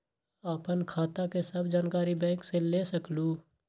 आपन खाता के सब जानकारी बैंक से ले सकेलु?